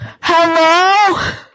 Hello